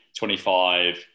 25